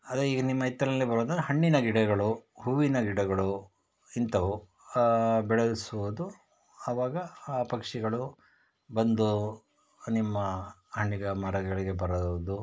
ಆದರೆ ಈಗ ನಿಮ್ಮ ಹಿತ್ತಲಲ್ಲಿ ಬರೋದು ಹಣ್ಣಿನ ಗಿಡಗಳು ಹೂವಿನ ಗಿಡಗಳು ಇಂಥವು ಬೆಳೆಸೋದು ಆವಾಗ ಆ ಪಕ್ಷಿಗಳು ಬಂದು ನಿಮ್ಮ ಹಣ್ಣಿನ ಮರಗಳಿಗೆ ಬರೋದು